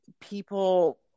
people